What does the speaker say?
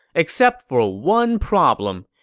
except for ah one problem.